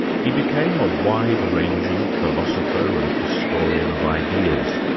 he became a wide-ranging philosopher and historian of ideas,